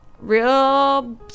Real